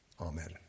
Amen